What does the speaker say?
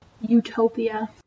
Utopia